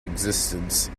existence